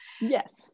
Yes